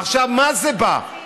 עכשיו, מה זה בא לעשות?